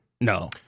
No